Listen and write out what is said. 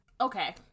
Okay